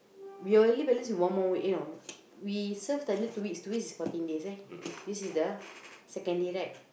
we only balance one more week you know we serve standard two weeks two weeks is fourteen days right this is the second day right